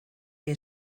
que